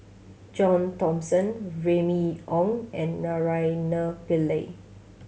John Thomson Remy Ong and Naraina Pillai